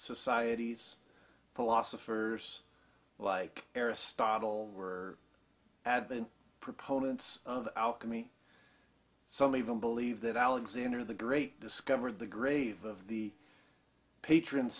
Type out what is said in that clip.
societies philosophers like aristotle were had been proponents of alchemy some even believe that alexander the great discovered the grave of the patron